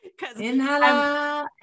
Inhala